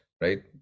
right